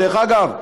אגב,